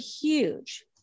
huge